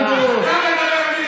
פינדרוס.